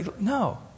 No